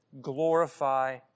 glorify